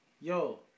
Yo